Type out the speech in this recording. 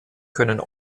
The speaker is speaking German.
können